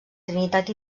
trinitat